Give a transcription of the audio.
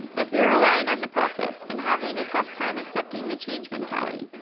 if you're relying on the process, and having a tough time accepting the change mentality,